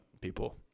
people